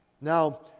Now